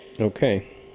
Okay